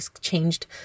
changed